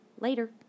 later